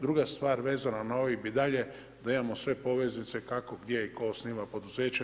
Druga stvar vezano na … i dalje da imamo sve poveznice kako, gdje i tko osniva poduzeća